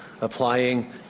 applying